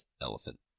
elephant